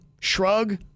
shrug